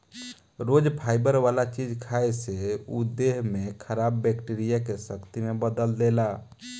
रोज fibre वाला चीज खाए से उ देह में खराब बैक्टीरिया के शक्ति में बदल देला